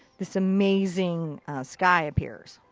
this amazing sky appears.